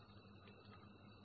आता तुम्ही पहा